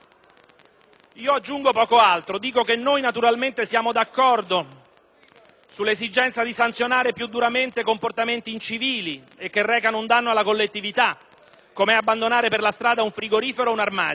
Io aggiungo poco altro. Dico che noi naturalmente siamo d'accordo sull'esigenza di sanzionare più duramente comportamenti incivili e che recano un danno alla collettività, com'è abbandonare per la strada un frigorifero o un armadio.